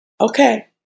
Okay